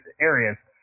areas